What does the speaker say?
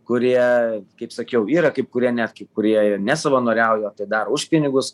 kurie kaip sakiau yra kaip kurie net kurie ir nesavanoriauja tai daro už pinigus